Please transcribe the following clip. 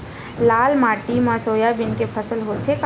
लाल माटी मा सोयाबीन के फसल होथे का?